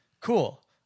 Cool